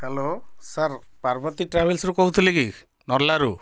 hello sir Parvati ଟ୍ରାଭେଲ୍ସରୁ କହୁଥିଲେ କି ନର୍ଲାରୁ